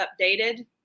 updated